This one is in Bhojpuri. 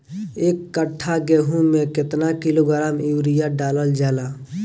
एक कट्टा गोहूँ में केतना किलोग्राम यूरिया डालल जाला?